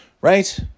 right